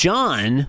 John